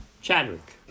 Chadwick